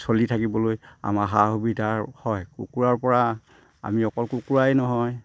চলি থাকিবলৈ আমাৰ সা সুবিধাৰ হয় কুকুৰাৰ পৰা আমি অকল কুকুৰাই নহয়